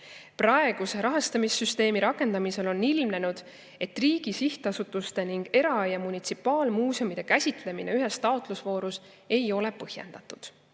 Praeguse rahastamissüsteemi rakendamisel on ilmnenud, et riigi sihtasutuste ning era- ja munitsipaalmuuseumide käsitlemine ühes taotlusvoorus ei ole põhjendatud.